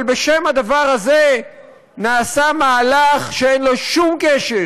אבל בשם הדבר הזה נעשה מהלך שאין לו שום קשר